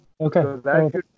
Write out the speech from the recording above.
Okay